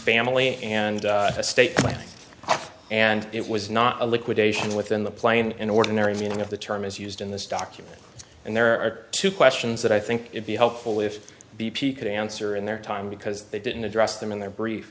family and estate planning and it was not a liquidation within the plane in ordinary meaning of the term is used in this document and there are two questions that i think it be helpful if b p could answer in their time because they didn't address them in their brief